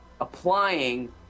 applying